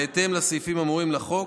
בהתאם לסעיפים האמורים לחוק,